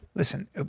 Listen